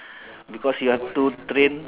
because you have too trained